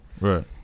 Right